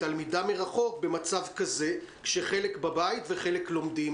רוב בתי הספר בחינוך החרדי היסודי לא חזרו עדיין ללימודים,